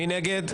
מי נגד?